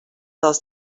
dels